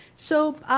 so,